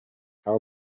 how